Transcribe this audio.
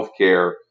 healthcare